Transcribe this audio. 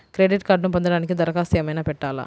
Credit కార్డ్ను పొందటానికి దరఖాస్తు ఏమయినా పెట్టాలా?